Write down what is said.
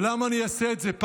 ולמה אני אעשה את זה?